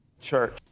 Church